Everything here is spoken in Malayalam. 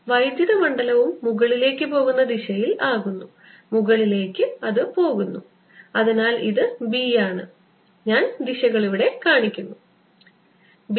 വൈദ്യുത മണ്ഡലവും മുകളിലേക്ക് പോകുന്ന ദിശയിൽ ആകുന്നു മുകളിലേക്ക് പോകുന്നു അതിനാൽ ഇത് B ആണ് ഞാൻ ദിശകൾ കാണിച്ചിരിക്കുന്നു